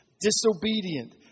disobedient